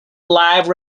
live